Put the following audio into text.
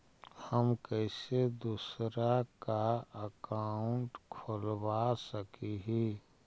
हम कैसे दूसरा का अकाउंट खोलबा सकी ही?